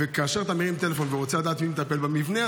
וכאשר אתה מרים טלפון ורוצה לדעת מי מטפל במבנה,